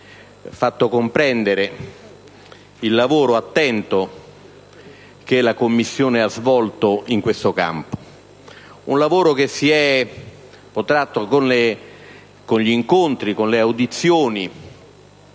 fatto comprendere il lavoro attento che la Commissione ha svolto in questo campo: un lavoro che si è protratto con gli incontri e le audizioni